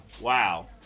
Wow